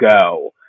go